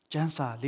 Jansa